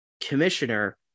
commissioner